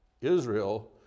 Israel